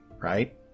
right